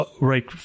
right